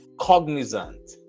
Cognizant